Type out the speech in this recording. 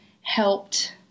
helped